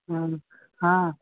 हँ हाँ